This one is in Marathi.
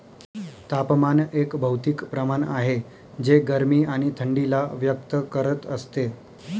तापमान एक भौतिक प्रमाण आहे जे गरमी आणि थंडी ला व्यक्त करत असते